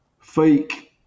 fake